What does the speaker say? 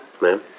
Ma'am